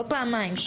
לא פעמיים,